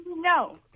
No